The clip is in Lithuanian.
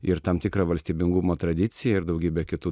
ir tam tikrą valstybingumo tradiciją ir daugybę kitų